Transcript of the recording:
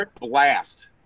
blast